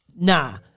nah